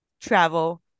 travel